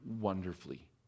wonderfully